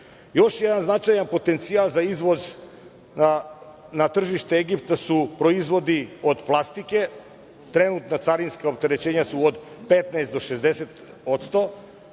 jedan značajan potencijal za izvoz na tržište Egipta su proizvodi od plastike. Trenutna carinska opterećenja su od 15 do 60%.